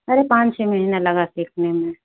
अरे पाँच छः महीना लगा सीखने में